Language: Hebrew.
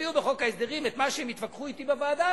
הביאו בחוק ההסדרים את מה שהם התווכחו אתי בוועדה,